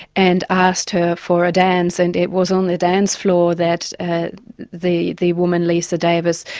and asked her for a dance, and it was on the dance floor that ah the the woman, lisa davis,